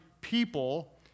people